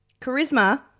Charisma